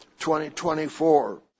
2024